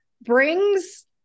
brings